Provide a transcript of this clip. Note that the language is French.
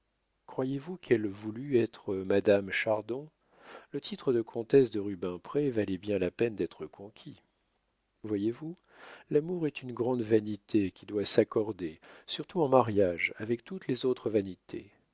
croyez-vous qu'elle voulût être madame chardon le titre de comtesse de rubempré valait bien la peine d'être conquis voyez-vous l'amour est une grande vanité qui doit s'accorder surtout en mariage avec toutes les autres vanités